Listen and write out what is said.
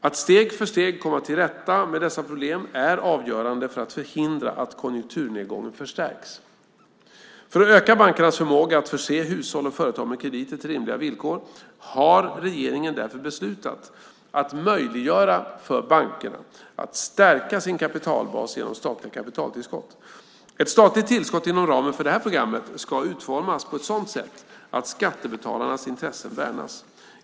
Att steg för steg komma till rätta med dessa problem är avgörande för att förhindra att konjunkturnedgången förstärks. För att öka bankernas förmåga att förse hushåll och företag med krediter till rimliga villkor har regeringen därför beslutat att möjliggöra för bankerna att stärka sin kapitalbas genom statliga kapitaltillskott. Ett statligt tillskott inom ramen för detta program ska utformas på ett sådant sätt att skattebetalarnas intressen värnas.